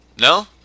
No